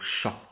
shock